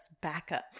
backup